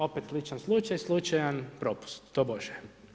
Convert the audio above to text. Opet sličan slučaj, slučajan propust, tobože.